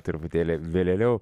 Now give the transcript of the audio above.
truputėlį vėlėliau